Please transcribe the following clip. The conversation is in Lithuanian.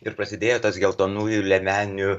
ir prasidėjo tas geltonųjų liemenių